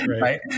right